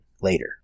later